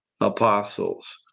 apostles